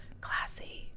classy